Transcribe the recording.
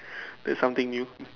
that's something new